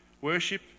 Worship